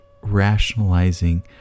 rationalizing